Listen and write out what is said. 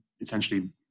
essentially